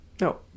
No